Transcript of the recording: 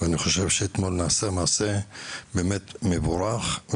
ואני חושב שאתמול נעשה מעשה באמת מבורך,